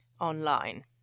online